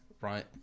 right